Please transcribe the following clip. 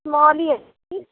ਨਾਲ ਹੀ ਹੈ ਜੀ